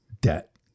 debt